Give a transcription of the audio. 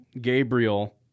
Gabriel